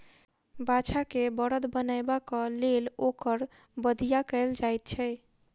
बाछा के बड़द बनयबाक लेल ओकर बधिया कयल जाइत छै